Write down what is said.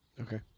Okay